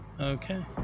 Okay